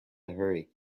hurry